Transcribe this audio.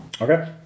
Okay